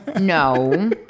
no